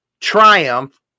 Triumph